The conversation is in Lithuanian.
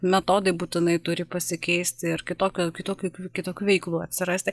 metodai būtinai turi pasikeisti ir kitokio kitokių kitokių veiklų atsirasti